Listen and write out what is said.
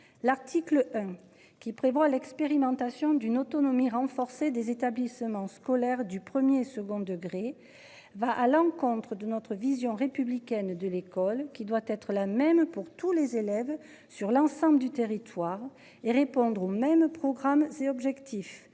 l'article. Qui prévoit l'expérimentation d'une autonomie renforcée des établissements scolaires du 1er et second degré. Va à l'encontre de notre vision républicaine de l'école qui doit être la même pour tous les élèves sur l'ensemble du territoire et répondre au même programme c'est objectif